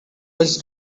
was